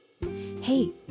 Hey